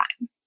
time